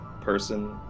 person